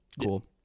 cool